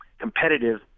competitive